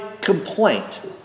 complaint